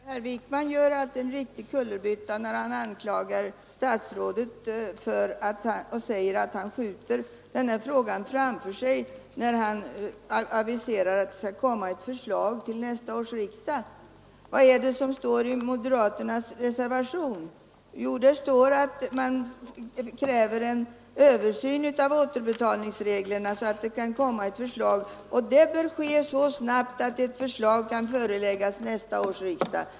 Herr talman! Herr Wijkman gör allt en riktig kullerbytta när han anklagar statsrådet för att skjuta frågan framför sig, när denne aviserar ett förslag till nästa års riksdag. Vad står det i moderaternas reservation? Jo, där står att man kräver en översyn av återbetalningsreglerna så att det kan komma ett förslag. Denna bör ske så snabbt att ett förslag kan föreläggas nästa års riksdag.